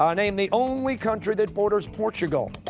ah name the only country that borders portugal.